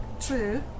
True